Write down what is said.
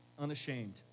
unashamed